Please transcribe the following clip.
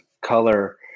color